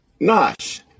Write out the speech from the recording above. nosh